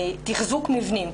תחזוק מבנים,